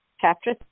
chapter